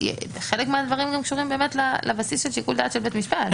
חלק מהדברים גם קשורים לבסיס של שיקול דעת של בית משפט.